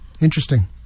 Interesting